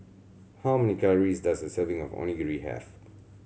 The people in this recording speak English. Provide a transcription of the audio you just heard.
how many calories does a serving of Onigiri have